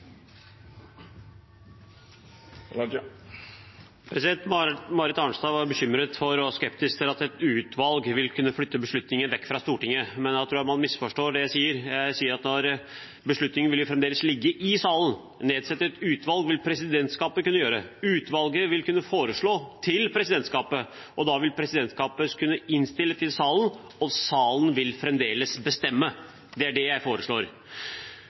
Marit Arnstad var bekymret for og skeptisk til at et utvalg ville kunne flytte beslutningen vekk fra Stortinget. Da tror jeg man misforstår det jeg sier. Jeg sier at beslutningen fremdeles vil ligge i salen. Å nedsette et utvalg vil presidentskapet kunne gjøre, og utvalget vil kunne foreslå til presidentskapet. Da vil presidentskapet kunne avgi innstilling til Stortinget, og salen vil fremdeles bestemme. Det er det jeg foreslår.